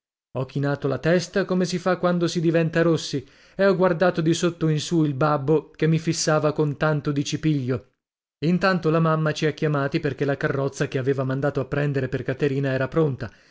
ho chinato la testa come si fa quando si diventa rossi e ho guardato di sotto in su il babbo che mi fissava con tanto di cipiglio intanto la mamma ci ha chiamati perché la carrozza che aveva mandato a prendere per caterina era pronta